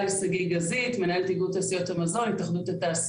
להגיע סוף סוף להבנה לגבי מהו